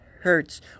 hurts